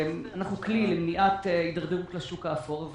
אנחנו כלי למניעת התדרדרות לשוק האפור,